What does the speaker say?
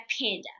Panda